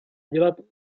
dělat